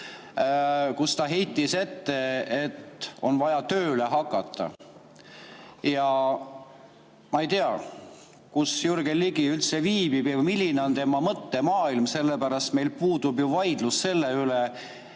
kus ta heitis ette, et on vaja tööle hakata. Ma ei tea, kus Jürgen Ligi üldse viibib ja milline on tema mõttemaailm, sellepärast et meil puudub vaidlus selle üle,